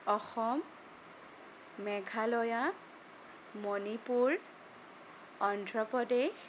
Assam Meghalaya Manipur Andhra Pradesh